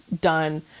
done